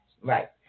Right